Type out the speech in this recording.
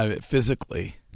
physically